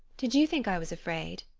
did you think i was afraid?